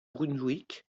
brunswick